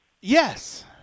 Yes